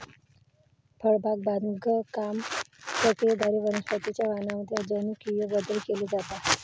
फळबाग बागकाम प्रक्रियेद्वारे वनस्पतीं च्या वाणांमध्ये जनुकीय बदल केले जातात